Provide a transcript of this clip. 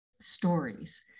stories